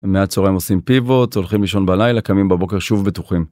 מהצהריים עושים Pivot הולכים לישון בלילה קמים בבוקר שוב בטוחים.